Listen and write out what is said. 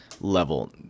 level